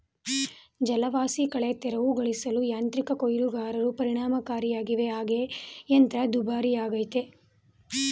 ಜಲವಾಸಿಕಳೆ ತೆರವುಗೊಳಿಸಲು ಯಾಂತ್ರಿಕ ಕೊಯ್ಲುಗಾರರು ಪರಿಣಾಮಕಾರಿಯಾಗವೆ ಹಾಗೆ ಯಂತ್ರ ದುಬಾರಿಯಾಗಯ್ತೆ